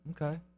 Okay